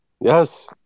Yes